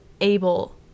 able